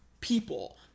people